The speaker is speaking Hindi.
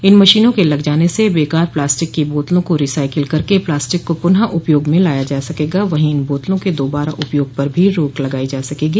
इन मशीनों के लग जाने से बकार प्लास्टिक को बोतलों को रिसाइकिल करके प्लास्टिक को पुनः उपयोग में लाया जा सकेगा वहीं इन बोतलों के दोबारा उपयोग पर भी रोक लगाई जा सकेगी